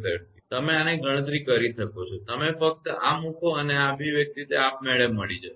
છે તમે આની ગણતરી કરી શકો છો તમે ફક્ત આ મૂકો અને આ અભિવ્યક્તિ તે આપમેળે મળી જશે